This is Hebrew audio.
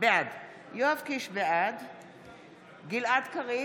בעד גלעד קריב,